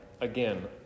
again